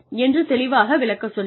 என்று தெளிவாக விளக்கச் சொல்லுங்கள்